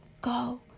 Go